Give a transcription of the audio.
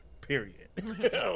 period